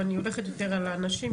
אבל אני הולכת יותר על הנשים,